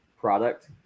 product